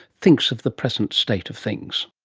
thinks of the present state of things.